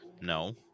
No